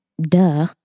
Duh